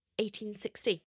1860